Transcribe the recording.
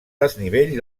desnivell